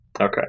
Okay